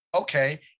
okay